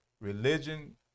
religion